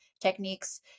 techniques